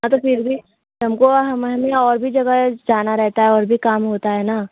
हाँ तो फिर भी हमको हमें हमें और भी जगह जाना रहता है और भी काम होता है ना